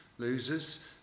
losers